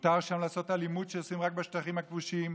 מותר שם לעשות אלימות שעושים רק בשטחים הכבושים.